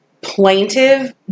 plaintive